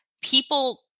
people